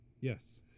Yes